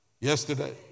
Yesterday